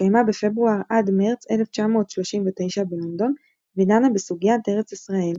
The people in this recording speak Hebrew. שהתקיימה בפברואר עד מרץ 1939 בלונדון ודנה בסוגיית ארץ ישראל,